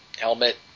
helmet